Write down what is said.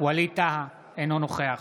ווליד טאהא, אינו נוכח